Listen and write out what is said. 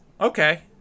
Okay